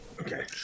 Okay